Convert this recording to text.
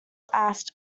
asked